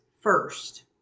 first